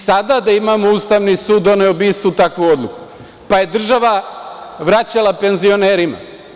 Sada da imamo Ustavni sud, doneo bi istu takvu odluku, pa je država vraćala penzionerima.